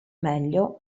meglio